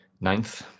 ninth